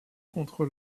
contre